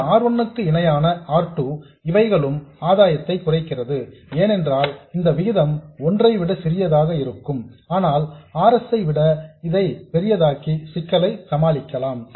இந்த R 1 க்கு இணையான R 2 இவைகளும் ஆதாயத்தை குறைக்கிறது ஏனென்றால் இந்த விகிதம் ஒன்றைவிட சிறியதாக இருக்கும் ஆனால் R s ஐ விட இதை பெரியதாக்கி சிக்கலை சமாளிக்கலாம்